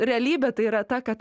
realybė tai yra ta kad